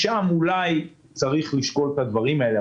שם אולי צריך לשקול את הדברים האלה,